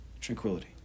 tranquility